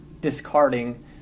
discarding